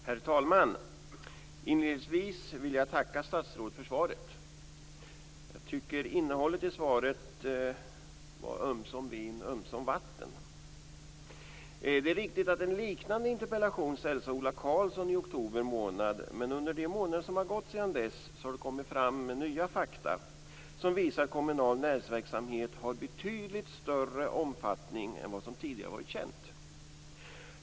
Herr talman! Inledningsvis vill jag tacka statsrådet för svaret. Jag tycker att innehållet var ömsom vin, ömsom vatten. Det är riktigt att en liknande interpellation ställdes av Ola Karlsson i oktober månad. Under de månader som gått sedan dess har det dock kommit fram nya fakta som visar att kommunal näringsverksamhet har betydligt större omfattning än vad som tidigare varit känt.